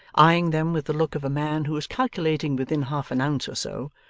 eyeing them with the look of a man who was calculating within half an ounce or so,